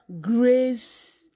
Grace